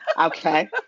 Okay